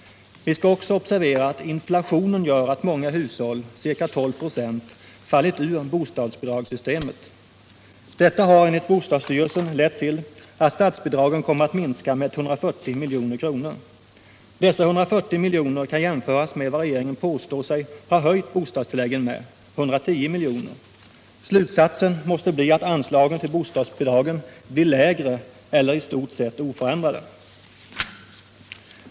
Vi skall också observera att inflationen gör att många hushåll — ca 12 96 — fallit ur bostadsbidragssystemet. Detta har enligt bostadsstyrelsen lett till att statsbidragen kommer att minska med 140 milj.kr. Dessa 140 miljoner kan jämföras med vad regeringen påstår sig ha höjt bostadstilläggen med, 110 miljoner. Slutsatsen måste bli att anslagen till bostadsbidragen blir lägre eller i stort sett oförändrade.